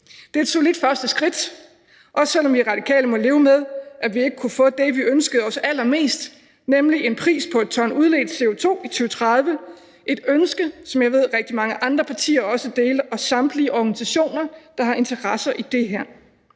Det er et solidt første skridt, også selv om vi i Radikale må leve med, at vi ikke kunne få det, vi ønskede os allermest, nemlig en pris på 1 t udledt CO2 i 2030. Det er et ønske, som jeg ved rigtig mange andre partier og samtlige organisationer, der har interesser i det her,